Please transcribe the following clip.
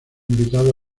invitado